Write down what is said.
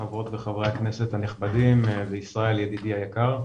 חברות וחברי הכנסת הנכבדים וישראל ידידי היקר,